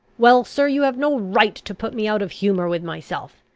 well, sir, you have no right to put me out of humour with myself.